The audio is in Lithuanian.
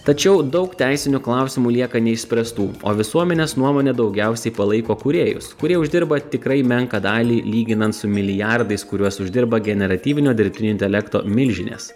tačiau daug teisinių klausimų lieka neišspręstų o visuomenės nuomonė daugiausiai palaiko kūrėjus kurie uždirba tikrai menką dalį lyginant su milijardais kuriuos uždirba generatyvinio dirbtinio intelekto milžinės